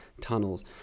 tunnels